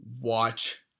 Watch